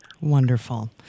wonderful